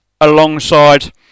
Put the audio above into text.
alongside